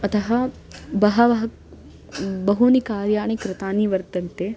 अतः बहवः बहूनि कार्याणि कृतानि वर्तन्ते